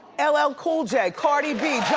ah ll ah cool j, cardi b,